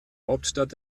hauptstadt